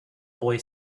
boy